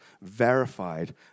verified